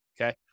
okay